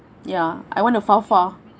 ya I want the far far